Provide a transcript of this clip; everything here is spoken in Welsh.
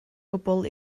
gwbl